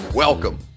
Welcome